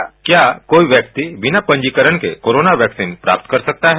प्रश्न क्या कोई वैक्सीन बिना पंजीकरण के कोरोना वैक्सीन प्राप्त कर सकता है